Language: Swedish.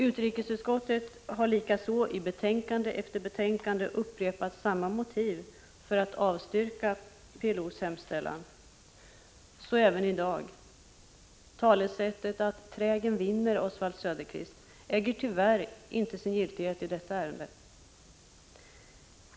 Utskottet har i betänkande efter betänkande likaså upprepat samma motiv för att avstyrka vpk:s hemställan. Så även i dag. Talesättet att trägen vinner äger tyvärr, Oswald Söderqvist, inte sin giltighet i detta ärende.